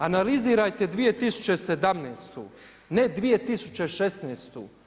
Analizirajte 2017. ne 2016.